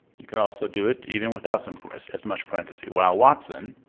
you can also do it even without some for us as much parentheses. while watson